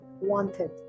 wanted